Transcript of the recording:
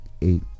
eight